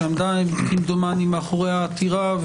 שעמדה כמדומני מאחורי העתירה,